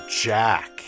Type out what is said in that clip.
Jack